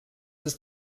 ist